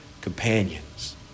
companions